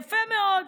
יפה מאוד,